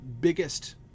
biggest